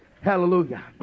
Hallelujah